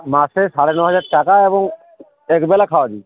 মাসে সাড়ে ন হাজার টাকা এবং এক বেলা খাওয়া দিয়ে